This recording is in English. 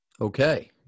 Okay